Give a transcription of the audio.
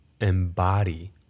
embody